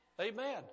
amen